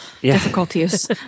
difficulties